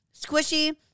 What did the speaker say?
Squishy